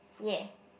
ya